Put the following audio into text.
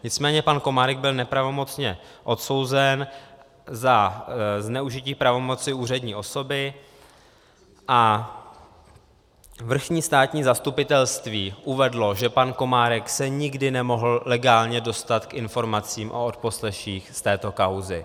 Nicméně pan Komárek byl nepravomocně odsouzen za zneužití pravomoci úřední osoby a vrchní státní zastupitelství uvedlo, že pan Komárek se nikdy nemohl legálně dostat k informacím o odposleších z této kauzy.